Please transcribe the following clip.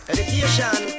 Education